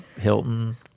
Hilton